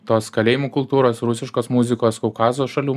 tos kalėjimų kultūros rusiškos muzikos kaukazo šalių